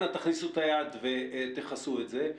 אנא הכניסו את היד לכיס ותכסו את זה,